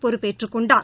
பொறுப்பேற்றுக் கொண்டார்